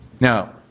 Now